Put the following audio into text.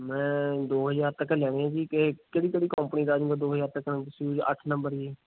ਮੈਂ ਦੋ ਹਜ਼ਾਰ ਤੱਕ ਲੈਣੇ ਹੈ ਜੀ ਅਤੇ ਕਿਹੜੀ ਕਿਹੜੀ ਕੰਪਨੀ ਦਾ ਆ ਜਾਵੇਗਾ ਦੋ ਹਜ਼ਾਰ ਤੱਕ ਤੁਸੀਂ ਅੱਠ ਨੰਬਰ ਜੀ